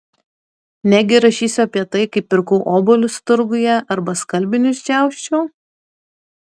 negi rašysiu apie tai kaip pirkau obuolius turguje arba skalbinius džiausčiau